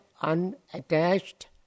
unattached